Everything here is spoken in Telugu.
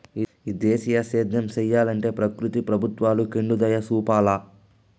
ఈ దేశీయ సేద్యం సెయ్యలంటే ప్రకృతి ప్రభుత్వాలు కెండుదయచూపాల